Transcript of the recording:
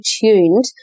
tuned